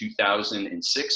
2006